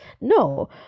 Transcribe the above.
no